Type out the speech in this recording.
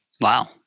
Wow